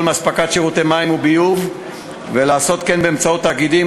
מאספקת שירותי מים וביוב ולעשות כן באמצעות תאגידים.